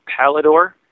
Palador